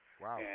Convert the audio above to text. Wow